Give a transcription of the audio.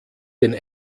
den